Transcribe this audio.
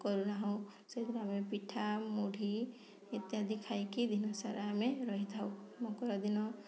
କରୁ ନାହୁଁ ସେଦିନ ଆମେ ପିଠା ମୁଢ଼ି ଇତ୍ୟାଦି ଖାଇକି ଦିନସାରା ଆମେ ରହିଥାଉ ମକର ଦିନ